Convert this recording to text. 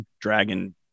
dragon